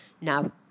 now